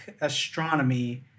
Astronomy